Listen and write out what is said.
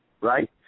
right